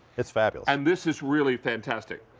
it's fabulous. and this is really fantastic.